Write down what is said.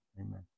amen